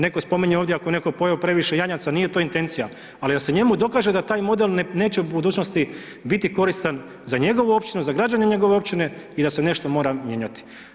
Neko je spominjao ovdje, ako je netko pojeo previše janjaca, nije to intencija, ali da se njemu dokaže da taj model neće u budućnosti biti koristan za njegovu općinu, za građane njegove općine i da se nešto mora mijenjati.